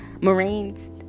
Marines